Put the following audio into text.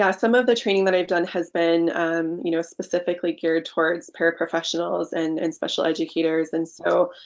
yeah some of the training that i've done has been you know specifically geared towards paraprofessionals and and special educators. and so